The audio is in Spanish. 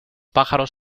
pájaros